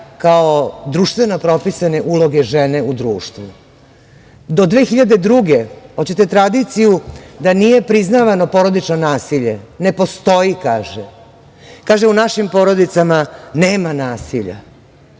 kao društveno propisane uloge žene u društvu? Do 2002. godine, hoćete tradiciju da nije priznavano porodično nasilje? Ne postoji, kaže. Kaže – u našim porodicama nema nasilja.